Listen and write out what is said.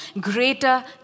greater